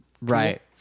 Right